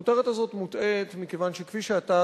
הכותרת הזאת מוטעית מכיוון שכפי שאתה,